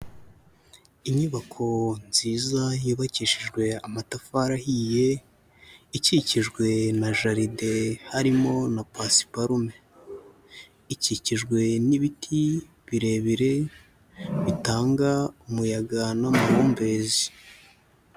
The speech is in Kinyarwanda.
Inyubako nziza yubakishijwe amatafari ahiye, ikikijwe na jaride harimo na pasiparume, ikikijwe n'ibiti birebire bitanga umuyaga n'amahumbezi.